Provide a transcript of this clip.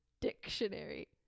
dictionary